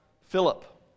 Philip